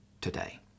today